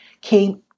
came